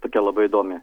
tokia labai įdomi